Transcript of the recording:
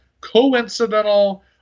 coincidental